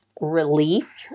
relief